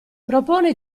propone